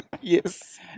Yes